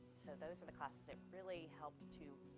so those are the classes that really helped to